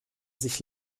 sich